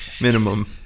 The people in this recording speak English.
Minimum